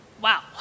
wow